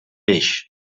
beix